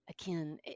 again